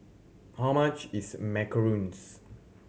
how much is macarons